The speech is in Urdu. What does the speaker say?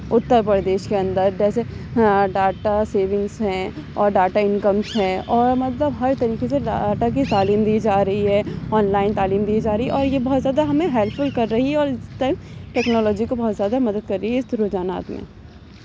اتر پردیش کے اندر جیسے ڈاٹا سیونگس ہیں اور ڈاٹا انکمس ہیں اور مطلب ہر طریقے سے ڈاٹا کی تعلیم دی جا رہی ہے آن لائن تعلیم دی جا رہی ہے اور یہ بہت زیادہ ہمیں ہیلپ فل کر رہی ہے اور اس ٹائم ٹیکنالوجی کو بہت زیادہ مدد کر رہی ہے اس رجحانات میں